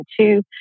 two